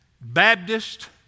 Baptist